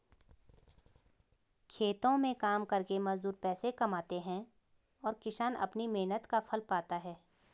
खेतों में काम करके मजदूर पैसे कमाते हैं और किसान अपनी मेहनत का फल पाता है